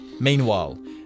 Meanwhile